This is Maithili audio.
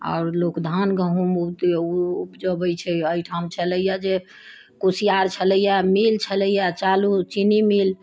आओर लोक धान गहूँम के उपजबैत छै एहिठाम छलैया जे कुसियार छलैया मील छलैया चालू चीनी मील